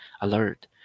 alert